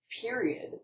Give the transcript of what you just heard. period